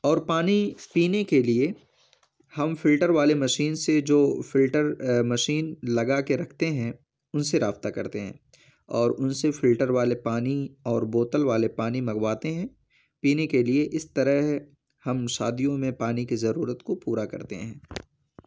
اور پانی پینے کے لیے ہم فلٹر والے مشین سے جو فلٹر مشین لگا کے رکھتے ہیں ان سے رابطہ کرتے ہیں اور ان سے فلٹر والے پانی اور بوتل والے پانی منگواتے ہیں پینے کے لیے اس طرح ہم شادیوں میں پانی کی ضرورت کو پورا کرتے ہیں